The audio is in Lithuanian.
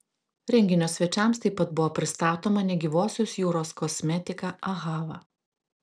renginio svečiams taip pat buvo pristatoma negyvosios jūros kosmetika ahava